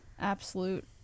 absolute